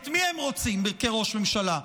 את מי הם רוצים כראש ממשלה?